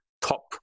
top